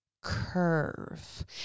curve